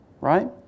right